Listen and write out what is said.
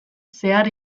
zehar